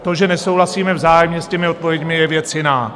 To, že nesouhlasíme vzájemně s těmi odpověďmi, je věc jiná.